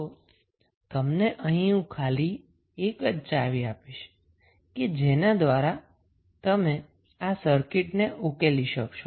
તો તમને અહી હું ખાલી એક જ ચાવી આપીશ કે જેના દ્વાર તમે આ સર્કિટને ઉકેલી શકશો